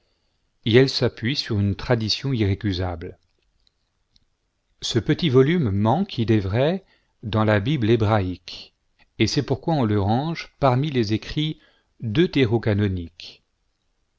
et elle s'appuie sur une tradition irrécusable ce petit volume manque il est vrai dans la bible hébraïque et c'est pourquoi on le range parmi les écrits